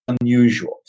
Unusual